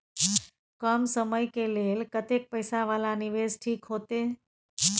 कम समय के लेल कतेक पैसा वाला निवेश ठीक होते?